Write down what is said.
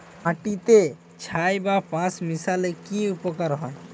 মাটিতে ছাই বা পাঁশ মিশালে কি উপকার হয়?